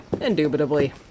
Indubitably